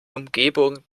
umgebung